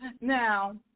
now